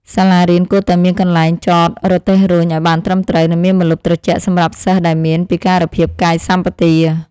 សាលារៀនគួរតែមានកន្លែងចតរទេះរុញឱ្យបានត្រឹមត្រូវ និងមានម្លប់ត្រជាក់សម្រាប់សិស្សដែលមានពិការភាពកាយសម្បទា។